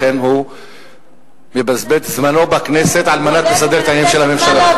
לכן הוא מבזבז את זמנו בכנסת על מנת לסדר את העניינים של הממשלה.